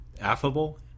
affable